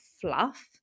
fluff